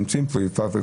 נמצאת פה יפעת,